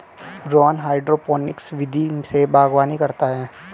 Rohan hydroponics विधि से बागवानी करता है